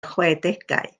chwedegau